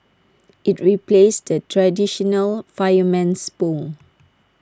IT replaces the traditional fireman's pole